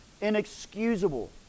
inexcusable